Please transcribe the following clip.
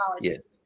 Yes